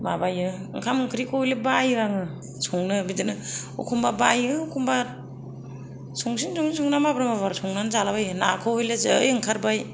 माबायो ओंखाम ओंख्रिखौ हयले बायो आं संनो बिदिनो एखम्बा बायो एखम्बा संसिन संसिन संनानै माबार माबार जालाबायो नाखौ हयले जै ओंखारबाय